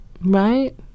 Right